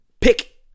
pick